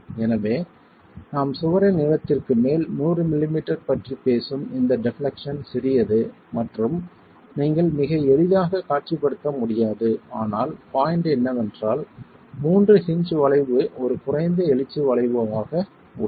எனவே நாம் சுவரின் நீளத்திற்கு மேல் 100 மிமீ பற்றி பேசும் இந்த டெப்லெக்சன் சிறியது மற்றும் நீங்கள் மிக எளிதாக காட்சிப்படுத்த முடியாது ஆனால் பாய்ண்ட் என்னெவென்றால் மூன்று ஹின்ஜ் வளைவு ஒரு குறைந்த எழுச்சி வளைவு ஆக உள்ளது